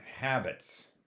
habits